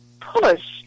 push